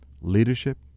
leadership